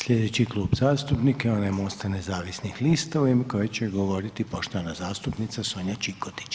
Sljedeći klub zastupnika je onaj MOST-a nezavisnih lista u ime kojeg će govoriti poštovana zastupnica Sonja Čikotić.